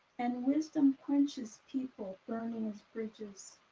and wisdom punches people burning as bridges.